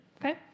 okay